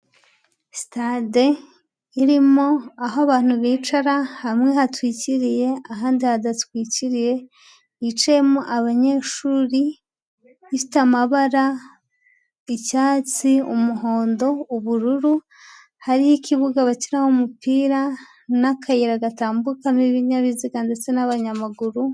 Stade irimo aho abantu bicara hamwe hatwikiriye ahandi hadatwikiriye, hicayemo abanyeshuri ifite amabara icyatsi, umuhondo, ubururu hari ikibuga bakiniraho umupira n'akayira gatambukamo ibinyabiziga ndetse n'abanyamaguru.